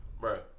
bro